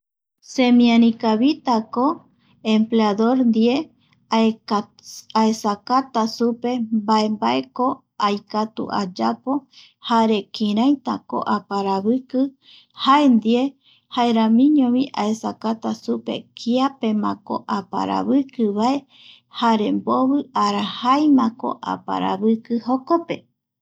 Semiarikavitako emleador ndie aesakata supe mbae mbae ko aikatu ayapo jare kiraitako aparaviki jae ndie jaeramiñovi aesakata supe kiapemakoaparavikivae jare mbovi arajaimako aparaviki jokope.